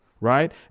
Right